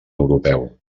europeu